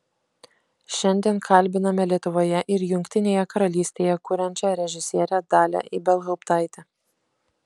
šiandien kalbiname lietuvoje ir jungtinėje karalystėje kuriančią režisierę dalią ibelhauptaitę